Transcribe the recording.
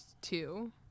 two